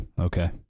okay